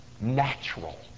natural